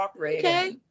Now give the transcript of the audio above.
okay